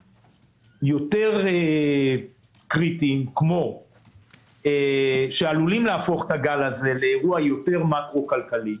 יותר קריטיים שעלולים להפוך את הגל הזה לאירוע יותר מקרו כלכלי,